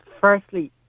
Firstly